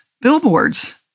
billboards